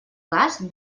cas